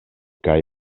kaj